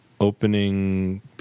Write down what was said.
opening